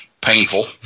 painful